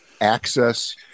access